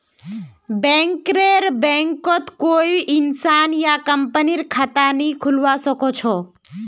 बैंकरेर बैंकत कोई इंसान या कंपनीर खता नइ खुलवा स ख छ